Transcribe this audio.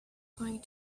going